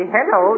Hello